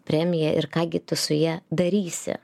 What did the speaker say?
premiją ir ką gi tu su ja darysi